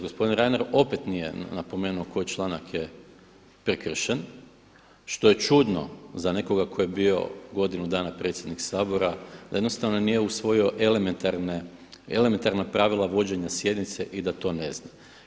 Gospodin Reiner opet nije napomenuo koji članak je prekršen što je čudno za nekoga ko je bio godinu dana predsjednik Sabora da jednostavno nije usvojio elementarna pravila vođenja sjednice i da to ne zna.